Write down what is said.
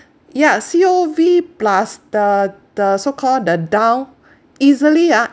yeah C_O_V plus the the so call the down easily ah